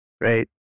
Right